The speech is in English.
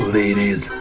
ladies